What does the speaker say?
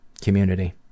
community